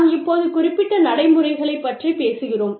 நாம் இப்போது குறிப்பிட்ட நடைமுறைகளைப் பற்றிப் பேசுகிறோம்